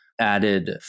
added